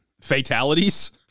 fatalities